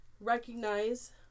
recognize